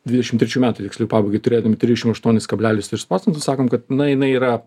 dvidešim trečių metų tiksliau pabaigai turėdami trisdešim aštuonis kablelis tris procentus sako kad na jinai yra